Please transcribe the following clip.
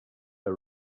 der